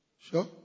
Sure